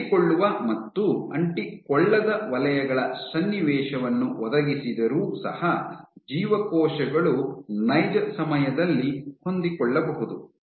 ಅಂಟಿಕೊಳ್ಳುವ ಮತ್ತು ಅಂಟಿಕೊಳ್ಳದ ವಲಯಗಳ ಸನ್ನಿವೇಶವನ್ನು ಒದಗಿಸಿದರೂ ಸಹ ಜೀವಕೋಶಗಳು ನೈಜ ಸಮಯದಲ್ಲಿ ಹೊಂದಿಕೊಳ್ಳಬಹುದು